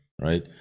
Right